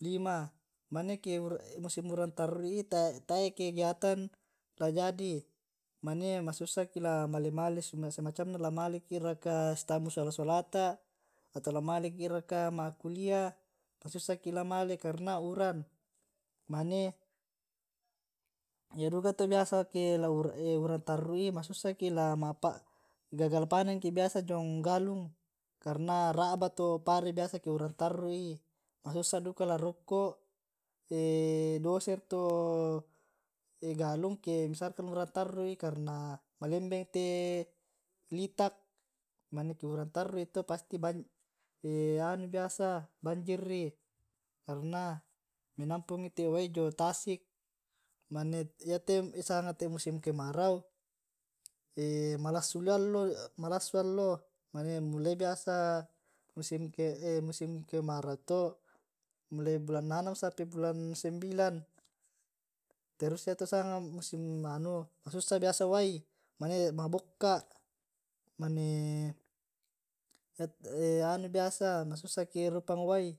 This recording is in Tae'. lima. Mane ke musim urang tarru ii tae kegiatan la jadi mane masusaki la male male. se macam na la maleki raka sitammu sola-solata atau la maleki raka ma' kuliah. Masusaki la male karena urang. Mane ya duak to biasa ke urang tarru i masussa ki, gagal panen ki biasa jiong galung. Karena ra'ba to pare biasa ake urang tarru i, masussa duka la rokko doser to galung misalkan ke urang tarru i karena ma leembeng te litak. mane ke urang tarrui i to anu biasa pasti banjir i karena menampungngi te wae jomai tasik, mane yate sanga musim kemarau malassu li allo, malassu allo mane mulai biasa musim kemarau to mulai bulan annang sampai bulan sembilan terus yato sanga musim kemarau. Masussa biasa wae mane mabokka. Manee anu biasa ma sussaki rupang wai.